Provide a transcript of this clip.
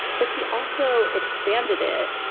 but he also expanded it.